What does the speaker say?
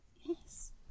Yes